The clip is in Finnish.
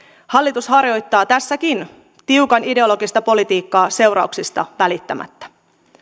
hallitus harjoittaa tässäkin tiukan ideologista politiikkaa seurauksista välittämättä